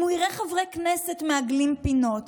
אם הוא יראה חברי כנסת מעגלים פינות,